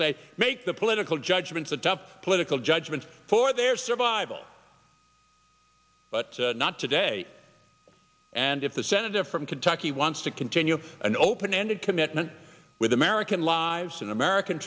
say make the political judgments attempt political judgments for their survival but not today and if the senator from kentucky wants to continue an open ended commitment with american lives and american